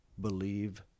believe